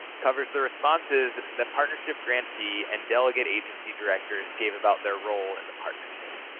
covers the responses that partnership grantee and delegate agency directors gave about their role in the partnership.